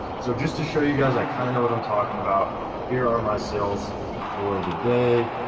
so just to show you guys i kinda know what i'm talking about here are my sales for the day,